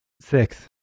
Six